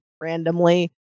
randomly